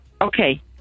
Okay